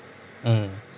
mmhmm